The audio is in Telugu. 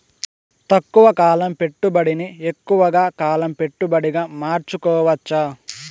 తక్కువ కాలం పెట్టుబడిని ఎక్కువగా కాలం పెట్టుబడిగా మార్చుకోవచ్చా?